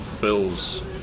Bill's